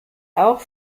auch